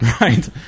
Right